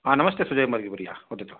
आम् नमस्ते सुजयमर्गीवर्यः वदतु